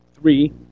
three